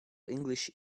english